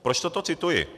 Proč toto cituji?